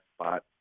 spot